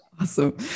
Awesome